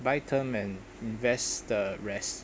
buy term and invest the rest